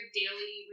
daily